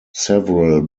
several